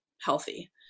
healthy